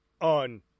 on